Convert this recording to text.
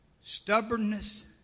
stubbornness